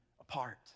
apart